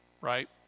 right